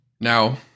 Now